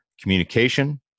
communication